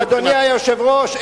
אדוני היושב-ראש,